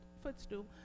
footstool